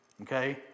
Okay